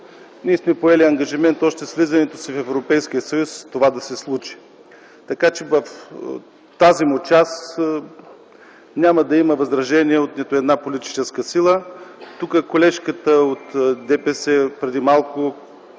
Ние сме поели ангажимент още с влизането си в Европейския съюз това да се случи, така че в тази му част няма да има възражения от нито една политическа сила. Тук колежката от ДПС преди малко